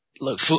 look